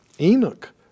Enoch